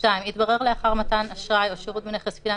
התברר לאחר מתן אשראי או שירות בנכס פיננסי,